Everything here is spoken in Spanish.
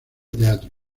teatro